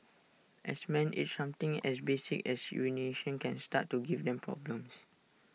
as men age something as basic as urination can start to give them problems